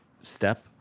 step